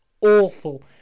awful